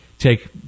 take